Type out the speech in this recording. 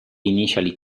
initially